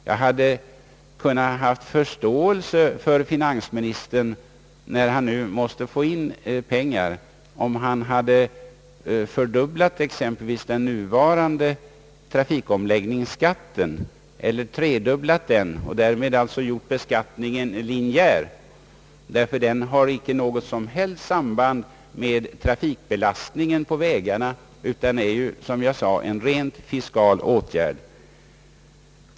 Jag kunde ha haft förståelse för finansministern, när han nu måste få in pengar, om han exempelvis hade fördubblat den nuvarande trafikomläggningsskatten eller tredubblat den och därmed alltså gjort beskattningen linjär, ty den har inte något som helst samband med trafikbelastningen på vägarna utan är, som jag sade, en rent fiskal åtgärd.